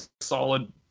solid